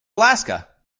alaska